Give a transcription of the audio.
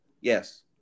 yes